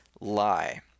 lie